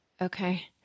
Okay